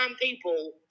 people